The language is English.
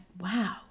wow